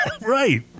Right